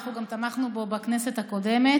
אנחנו גם תמכנו בו בכנסת הקודמת.